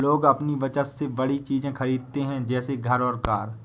लोग अपनी बचत से बड़ी चीज़े खरीदते है जैसे घर और कार